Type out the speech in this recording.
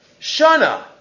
Shana